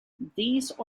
these